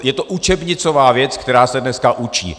Je to učebnicová věc, která se dneska učí.